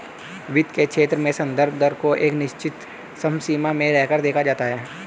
वित्त के क्षेत्र में संदर्भ दर को एक निश्चित समसीमा में रहकर देखा जाता है